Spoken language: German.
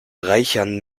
reichern